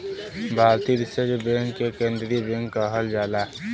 भारतीय reserve bank के केन्द्रीय बैंक कहल जाला